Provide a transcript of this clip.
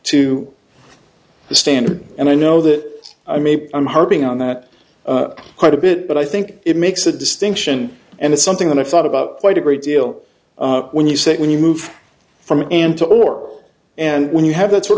to the stand and i know that i maybe i'm harping on that quite a bit but i think it makes a distinction and it's something that i've thought about quite a great deal when you say when you move from an to or and when you have that sort